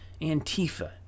Antifa